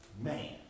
man